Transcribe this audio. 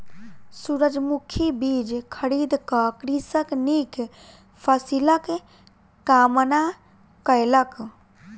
सूरजमुखी बीज खरीद क कृषक नीक फसिलक कामना कयलक